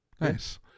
Nice